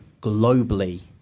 globally